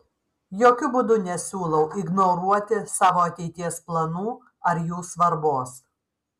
jokiu būdu nesiūlau ignoruoti savo ateities planų ar jų svarbos